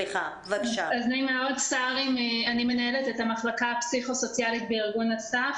אני מנהלת את המחלקה הפסיכו-סוציאלית בארגון א.ס.ף,